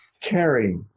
carry